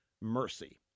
mercy